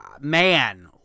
man